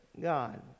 God